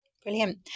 Brilliant